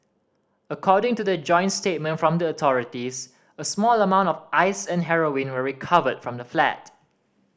according to the joint statement from the authorities a small amount of ice and heroin were recovered from the flat